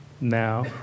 now